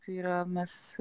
tai yra mes